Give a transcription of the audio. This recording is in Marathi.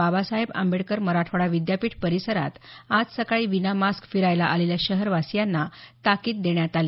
बाबासाहेब आंबेडकर मराठवाडा विद्यापीठ परिसरात आज सकाळी विना मास्क फिरायला आलेल्या शहरवासियांना ताकीद देण्यात आली